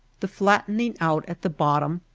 the flat tening out at the bottom,